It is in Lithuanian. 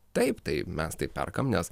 taip tai mes tai perkam nes